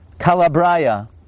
Calabria